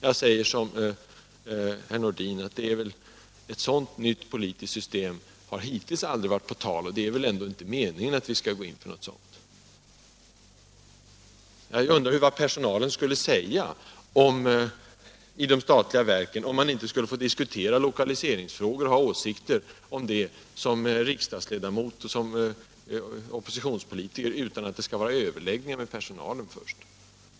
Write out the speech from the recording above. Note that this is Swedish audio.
Jag säger som herr Nordin, att ett sådant nytt politiskt system har hittills aldrig varit på tal, och det är väl inte meningen att vi skall gå in för ett sådant. Jag undrar vad personalen i de statliga verken skulle säga om man som riksdagsledamot och oppositionspolitiker inte skulle få diskutera lokaliseringsfrågor och ha åsikter om dem utan att överläggningar först skall äga rum med personalen.